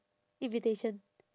invitation